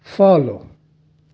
follow